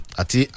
ati